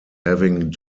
having